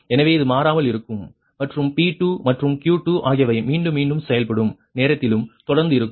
எனவே இது மாறாமல் இருக்கும் மற்றும் P2 மற்றும் Q2 ஆகியவை மீண்டும் மீண்டும் செயல்படும் நேரத்திலும் தொடர்ந்து இருக்கும்